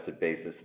basis